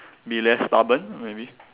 be less stubborn maybe